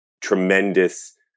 tremendous